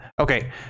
Okay